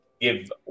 give